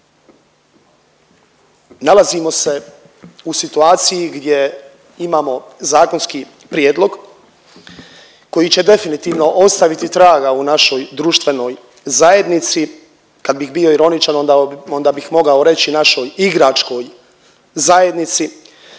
nalazimo se u situaciji gdje imamo zakonski prijedlog koji će definitivno ostaviti traga u našoj društvenoj zajednici, kad bih bio ironičan onda bih mogao reći našoj igračkoj zajednici,